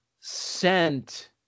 sent